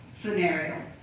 scenario